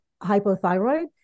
hypothyroid